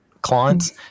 clients